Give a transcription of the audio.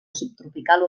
subtropical